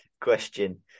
question